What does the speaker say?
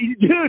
dude